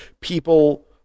people